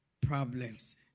problems